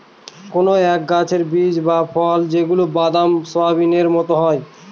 কোনো এক গাছের বীজ বা ফল যেগুলা বাদাম, সোয়াবিনের মতো হয়